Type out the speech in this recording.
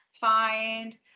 find